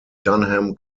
dunham